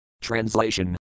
Translation